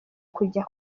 kujya